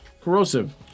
Corrosive